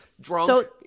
Drunk